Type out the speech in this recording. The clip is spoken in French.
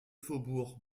faubourg